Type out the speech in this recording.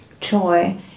joy